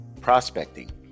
prospecting